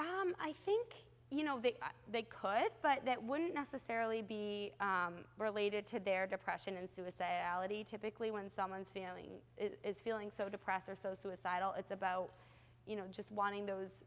others i think you know that they could but that wouldn't necessarily be related to their depression and suicide ality typically when someone's feeling is feeling so depressed or so suicidal it's about you know just wanting those